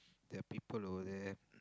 their people over there